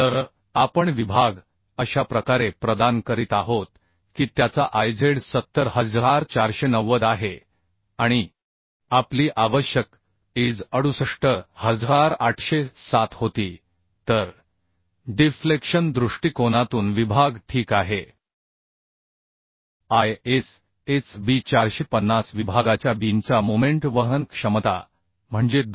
तर आपण विभाग अशा प्रकारे प्रदान करीत आहोत की त्याचा आयझेड 70490 आहे आणि आपली आवश्यक Iz 68807 होती तर डिफ्लेक्शन दृष्टिकोनातून विभाग ठीक आहे ISHB 450 विभागाच्या बीमचा मोमेंट वहन क्षमता म्हणजे 2030